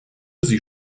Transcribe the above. sie